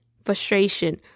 frustration